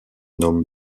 nomme